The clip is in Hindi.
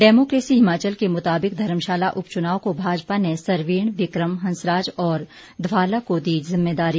डेमोक्रेसी हिमाचल के मुताबिक धर्मशाला उपच्नाव को भाजपा ने सरवीण विक्रम हंसराज और ध्वाला को दी जिम्मेदारी